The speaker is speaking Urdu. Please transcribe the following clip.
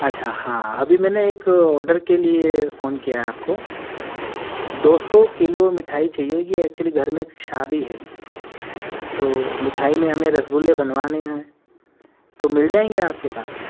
اچھا ہاں ابھی میں نے ایک آڈر کے لیے فون کیا ہے آپ کو دو سو کلو مٹھائی چاہیے کہ ایکچوئلی گھر میں ایک شادی ہے تو مٹھائی میں ہمیں رس گلے بنوانے ہیں تو مل جائیں گے آپ کے پاس